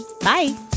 Bye